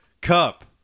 cup